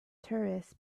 tourists